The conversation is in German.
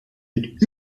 mit